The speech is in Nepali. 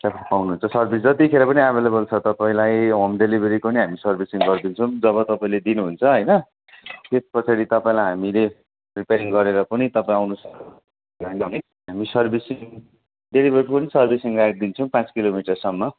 सेन्टर पाउनु हुन्छ सर्भिस जतिखेर पनि एभाइलेभल छ तपाईँलाई होम डेलिभरीको पनि सर्भिसिङ गरिदिन्छौँ जब तपाईँले दिनु हुन्छ होइन त्यस पछाडि तपाईँलाई हामीले रिपेरिङ गरेर पनि तपाईँ आउनु सक्नु भएन भने हामी सर्भिसिङ डेलिभरीको पनि सर्भिसिङ राखिदिन्छौँ पाँच किलोमिटरसम्म